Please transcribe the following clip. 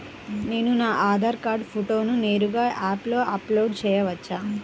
నేను నా ఆధార్ కార్డ్ ఫోటోను నేరుగా యాప్లో అప్లోడ్ చేయవచ్చా?